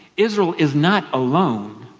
israel is not alone,